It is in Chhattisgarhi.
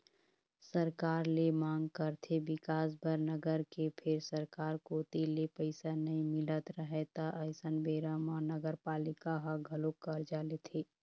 सरकार ले मांग करथे बिकास बर नगर के फेर सरकार कोती ले पइसा नइ मिलत रहय त अइसन बेरा म नगरपालिका ह घलोक करजा लेथे